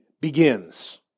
begins